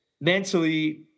Mentally